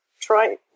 try